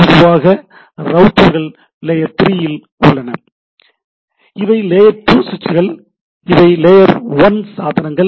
பொதுவாக ரவுட்டர்கள் லேயர் 3 இல் உள்ளன இவை லேயர் 2 சுவிட்சுகள் இவை லேயர் 1 சாதனங்கள்